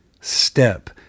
step